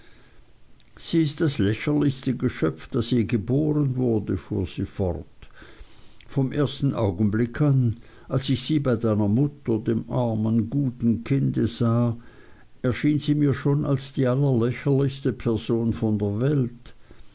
sie ist das lächerlichste geschöpf das je geboren wurde fuhr sie fort vom ersten augenblick an als ich sie bei deiner mutter dem armen guten kinde sah erschien sie mir schon als die allerlächerlichste person auf der welt